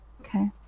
Okay